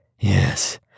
Yes